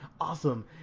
awesome